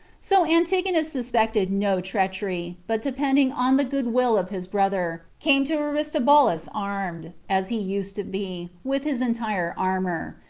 so antigonus suspecting no treachery, but depending on the good-will of his brother, came to aristobulus armed, as he used to be, with his entire armor,